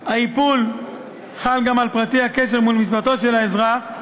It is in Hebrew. האיפול חל גם על פרטי הקשר מול משפחתו של האזרח,